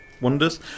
wonders